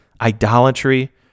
idolatry